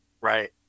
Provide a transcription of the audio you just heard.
Right